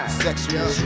sexual